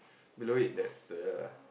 below it there's the